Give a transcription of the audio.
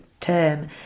term